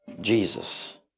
Jesus